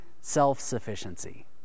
self-sufficiency